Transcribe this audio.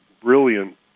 brilliant